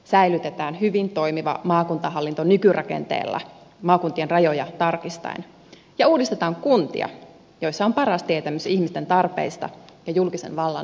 säilytetään hyvin toimiva maakuntahallinto nykyrakenteella maakuntien rajoja tarkistaen ja uudistetaan kuntia joissa on paras tietämys ihmisten tarpeista ja julkisen vallan voimavaroista